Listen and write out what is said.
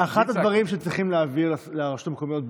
ואחד הדברים שצריכים להעביר לרשויות מקומיות,